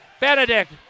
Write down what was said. Benedict